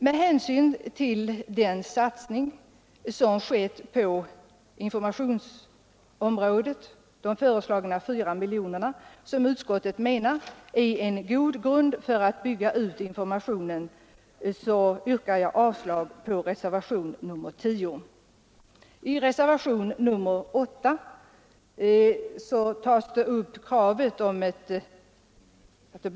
Med hänsyn till den satsning som sker på informationsåtgärder — de föreslagna 4 miljonerna som utskottet menar vara en god grund för att bygga ut informationen — yrkar jag bifall till utskottets hemställan i denna del, innebärande avslag på reservationen 10. I reservationen 8 krävs en särskild utredning om socialt stöd.